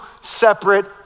separate